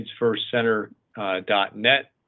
kidsfirstcenter.net